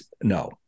No